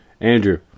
Andrew